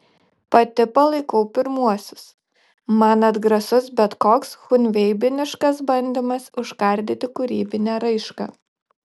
pati palaikau pirmuosius man atgrasus bet koks chunveibiniškas bandymas užkardyti kūrybinę raišką